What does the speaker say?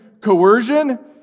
coercion